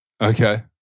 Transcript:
Okay